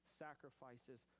sacrifices